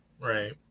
Right